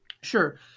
Sure